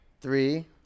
three